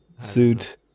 Suit